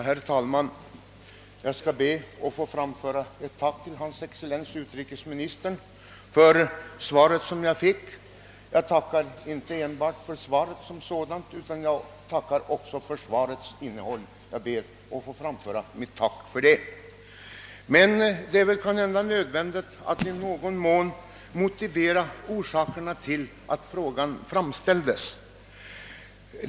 Herr talman! Jag skall be att få framföra ett tack till hans excellens utrikesministern för svaret som jag fick. Jag tackar inte enbart för svaret som sådant, utan jag vill också tacka för svarets innehåll; jag ber att få framföra mitt tack för det. Det är emellertid kanhända nödvändigt att i någon mån belysa motiven till att frågan framställdes.